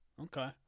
Okay